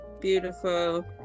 beautiful